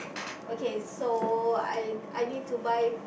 okay so I I need to buy